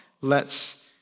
lets